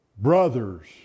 brothers